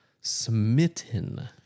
smitten